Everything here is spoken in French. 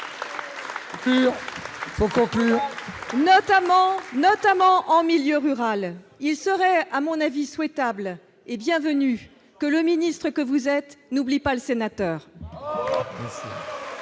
notamment en milieu rural, il serait, à mon avis souhaitable et bienvenue que le ministre que vous êtes nous pas le sénateur.